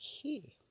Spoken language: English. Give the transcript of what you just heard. okay